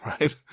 right